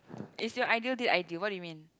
is your ideal date ideal what do you mean